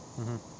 mmhmm